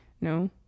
No